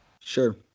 sure